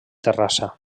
terrassa